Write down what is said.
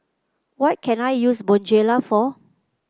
what can I use Bonjela for